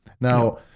now